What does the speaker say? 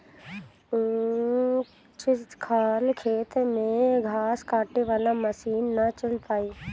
ऊंच खाल खेत में घास काटे वाला मशीन ना चल पाई